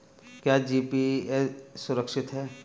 क्या जी.पी.ए सुरक्षित है?